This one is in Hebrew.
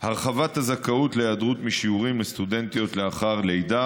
הרחבת הזכאות להיעדרות משיעורים לסטודנטיות לאחר לידה